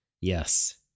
yes